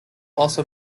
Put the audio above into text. also